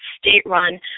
state-run